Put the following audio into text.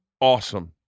awesome